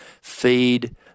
feed